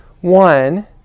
one